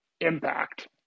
impact